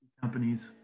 companies